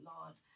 Lord